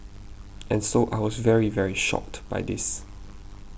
and so I was very very shocked by this